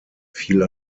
fiel